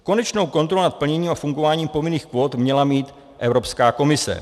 Konečnou kontrolu nad plněním a fungováním povinných kvót měla mít Evropská komise.